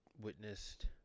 witnessed